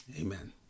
Amen